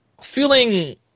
feeling